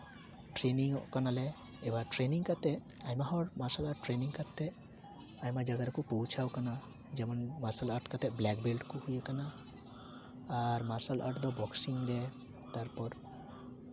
training ᱚᱜ ᱠᱟᱱᱟᱞᱮ ᱮᱭᱵᱟᱨ ᱴᱨᱮᱱᱤᱝ ᱠᱟᱛᱮ ᱟᱭᱢᱟ ᱦᱚᱲ ᱢᱟᱨᱥᱟᱞ ᱟᱨᱴ ᱴᱨᱮᱱᱤᱝ ᱠᱟᱛᱮ ᱟᱭᱢᱟ ᱡᱟᱭᱜᱟ ᱨᱮᱠᱚ ᱯᱳᱣᱪᱷᱟᱣ ᱠᱟᱱᱟ ᱡᱮᱢᱚᱱ ᱢᱟᱨᱥᱟᱞ ᱟᱨᱴ ᱠᱟᱛᱮ ᱵᱞᱮᱠ ᱵᱮᱞ ᱠᱚ ᱦᱩᱭ ᱠᱟᱱᱟ ᱟᱨ ᱢᱟᱨᱥᱟᱞ ᱟᱨᱴ ᱫᱚ ᱵᱚᱠᱥᱤᱝ ᱨᱮ ᱛᱟᱨᱯᱚᱨ